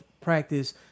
practice